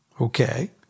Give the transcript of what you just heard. Okay